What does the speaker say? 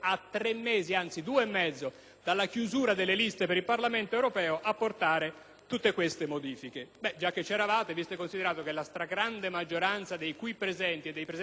tutte queste modifiche. Ebbene, già che c'eravate, considerato che la stragrande maggioranza dei colleghi qui presenti, e di quelli della Camera, era d'accordo, non si capisce perché non sia stato possibile ridisegnare i collegi.